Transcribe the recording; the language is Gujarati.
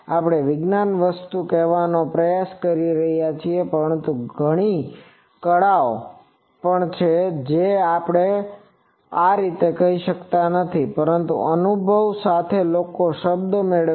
આપણે વિજ્ઞાન વસ્તુ કહેવાનો પ્રયાસ કરી રહ્યા છીએ પરંતુ ઘણી કલાઓ પણ છે જે આ રીતે કહી શકાતી નથી પરંતુ અનુભવ સાથે લોકો તે શબ્દ મેળવે છે